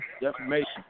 Defamation